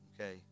okay